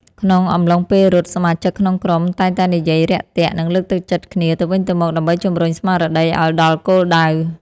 ក្នុងអំឡុងពេលរត់ សមាជិកក្នុងក្រុមតែងតែនិយាយរាក់ទាក់ និងលើកទឹកចិត្តគ្នាទៅវិញទៅមកដើម្បីជម្រុញស្មារតីឱ្យដល់គោលដៅ។